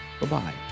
Bye-bye